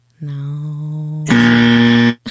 No